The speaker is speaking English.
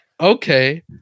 okay